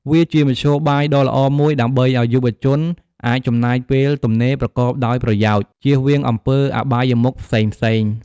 វាជាមធ្យោបាយដ៏ល្អមួយដើម្បីឱ្យយុវជនអាចចំណាយពេលទំនេរប្រកបដោយប្រយោជន៍ ជៀសវាងអំពើអបាយមុខផ្សេងៗ។